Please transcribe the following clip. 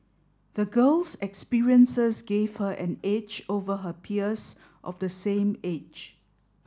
the girl's experiences gave her an edge over her peers of the same age